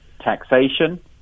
taxation